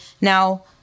Now